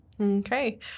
Okay